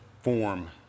form